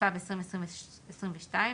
התשפ"ב 2022,